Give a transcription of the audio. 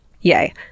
yay